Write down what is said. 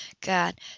god